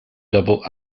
double